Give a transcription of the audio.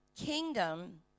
Kingdom